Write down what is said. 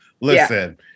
listen